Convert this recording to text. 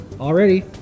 already